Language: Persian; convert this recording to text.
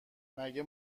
مگه